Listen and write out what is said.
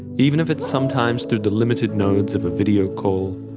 even if it's sometimes through the limited nodes of a video call,